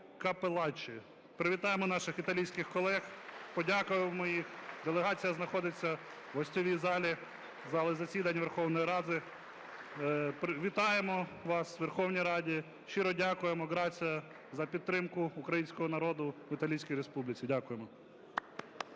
Капеллаччі. Привітаємо наших італійських колег, подякуємо їм. Делегація знаходиться у гостьовій залі зали засідань Верховної Ради. Вітаємо вас у Верховній Раді. Щиро дякуємо, grazie за підтримку українського народу в Італійській Республіці. Дякуємо.